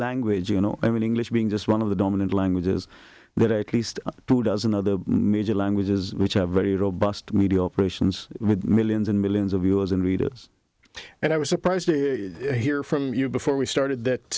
language you know everything left being just one of the dominant languages there at least two dozen other major languages which are very robust media operations with millions and millions of viewers and readers and i was surprised to hear from you before we started that